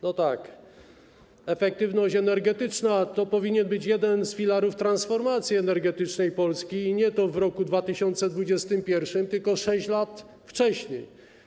No tak, efektywność energetyczna to powinien być jeden z filarów transformacji energetycznej Polski, i to nie w roku 2021, tylko 6 lat wcześniej.